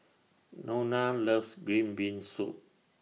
Nona loves Green Bean Soup